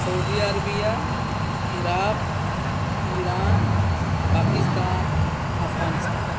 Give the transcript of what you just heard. Saudi Arabia Iraq Iran Pakistan Afghanistan